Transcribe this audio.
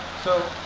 so